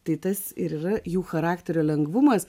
tai tas ir yra jų charakterio lengvumas